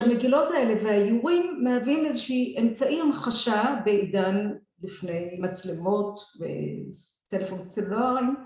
המגילות האלה והאיורים מהווים איזושהי אמצעי המחשה בעידן לפני מצלמות וטלפון סלולרי